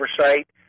oversight